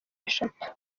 eshatu